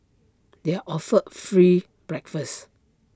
they are offered free breakfast